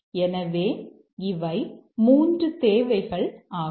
எனவே இவை 3 தேவைகள் ஆகும்